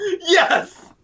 Yes